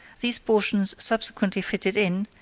these portions subsequently fitted in,